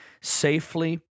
safely